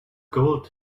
gold